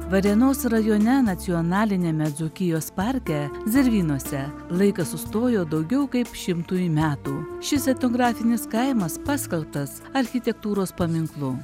varėnos rajone nacionaliniame dzūkijos parke zervynose laikas sustojo daugiau kaip šimtui metų šis etnografinis kaimas paskelbtas architektūros paminklu